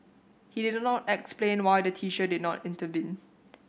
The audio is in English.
he did not explain why the teacher did not intervene